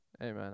Amen